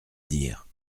dire